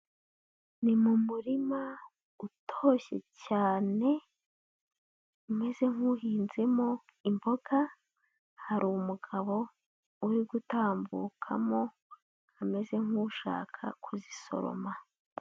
Ni mu murima utoshye cyane umeze nk'uhinzemo imboga, hari umugabo uri gutambukamo ameze nk'ushaka kuzisoroma.